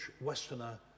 Westerner